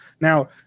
Now